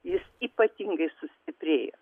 jis ypatingai sustiprėjo